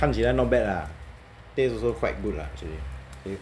看起来 not bad lah taste also quite good lah actually eh